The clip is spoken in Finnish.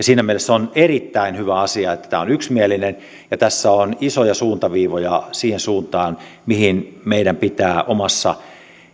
siinä mielessä on erittäin hyvä asia että tämä on yksimielinen ja tässä on isoja suuntaviivoja siihen suuntaan mihin meidän pitää omassa